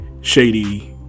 shady